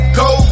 go